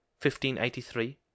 1583